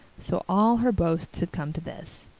so all her boasts had come to this.